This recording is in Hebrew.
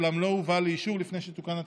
אולם לא הובא לאישור לפני שתוקן התקנון.